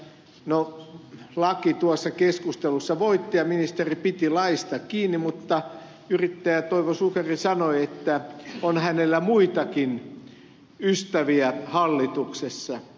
no laki tuossa keskustelussa voitti ja ministeri piti laista kiinni mutta yrittäjä toivo sukari sanoi että on hänellä muitakin ystäviä hallituksessa